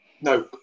No